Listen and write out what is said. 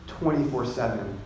24-7